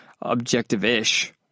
objective-ish